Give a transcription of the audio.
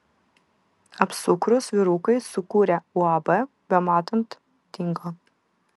apsukrūs vyrukai sukūrę uab bematant dingo